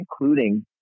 including